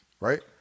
right